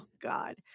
God